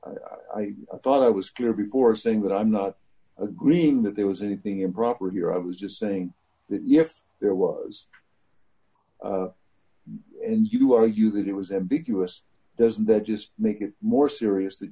i thought i was clear before saying that i'm not agreeing that there was anything improper here i was just saying that if there was and you argue that it was ambiguous doesn't that just make it more serious that